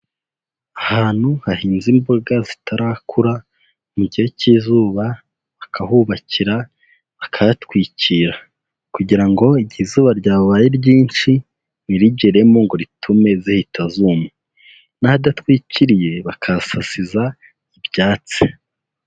Ahantu hahinze imboga zitarakura, mu gihe cy'izuba bakahubakira bakahatwikira, kugira ngo igihe izuba ryabaye ryinshi ntirigeremo ngo ritume zihita zuma, n'ahadatwikiriye bakahasasiza ibyatsi.